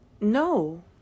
No